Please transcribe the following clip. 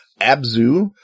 abzu